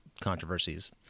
controversies